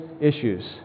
issues